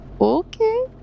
Okay